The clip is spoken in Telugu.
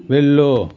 వెళ్ళు